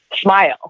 smile